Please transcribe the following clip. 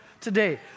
today